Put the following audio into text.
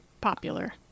popular